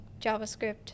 JavaScript